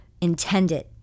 intended